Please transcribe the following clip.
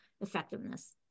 effectiveness